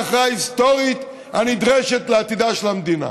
להכרעה היסטורית הנדרשת לעתידה של המדינה.